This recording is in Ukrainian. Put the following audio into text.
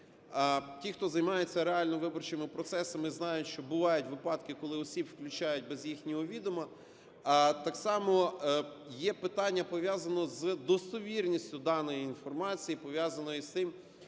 Ті, хто займаються реально виборчими процесами, знають, що бувають випадки, коли осіб включають без їхнього відома. А так само є питання, пов'язане з достовірністю даної інформації, пов'язаної з тим,